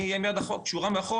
אני אהיה עם היד קשורה מאחורה.